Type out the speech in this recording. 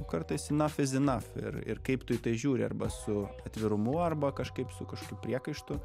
kartais ynaf iz ynaf ir ir kaip tu į tai žiūri arba su atvirumu arba kažkaip su kažkokiu priekaištu